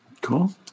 Cool